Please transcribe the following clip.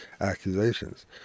accusations